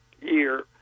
year